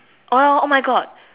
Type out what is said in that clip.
oh oh my God